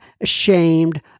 ashamed